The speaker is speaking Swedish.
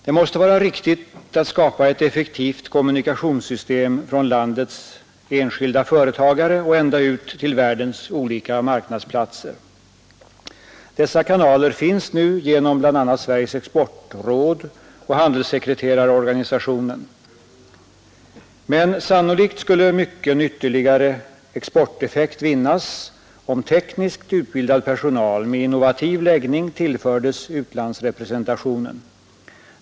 Det måste vara riktigt att skapa ett effektivt kommunikationssystem från landets enskilda företagare och ända ut till världens olika marknadsplatser. Dessa kanaler finns nu genom bl.a. Sveriges exportråd och handelssekreterarorganisationen. Men sannolikt skulle mycken ytterligare exporteffekt vinnas om tekniskt utbildad personal med innovativ läggning tillfördes utlandsrepresentationen.